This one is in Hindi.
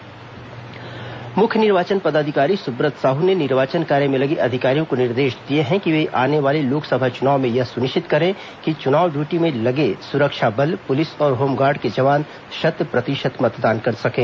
सुब्रत साहू निर्वाचन मुख्य निर्वाचन पदाधिकारी सुब्रत साहू ने निर्वाचन कार्य में लगे अधिकारियों को निर्देश दिए हैं कि वे आने वाले लोकसभा चुनाव में यह सुनिश्चित करें कि चुनाव डयूटी में लगे सुरक्षा बल पुलिस और होमगार्ड के जवान शत प्रतिशत मतेदान कर सकें